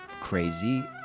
crazy